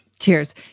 Cheers